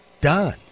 done